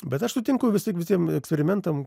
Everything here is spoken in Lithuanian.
bet aš sutinku vis tiek visiem eksperimentam